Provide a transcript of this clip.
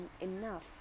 enough